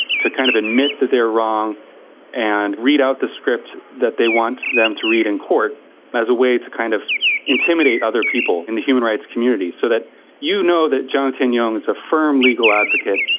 to kind of admit that they are wrong and read out the script that they want them to read in court as a way to kind of intimidate other people in the human rights community. so that you know that jiang tianyong is a firm legal advocate,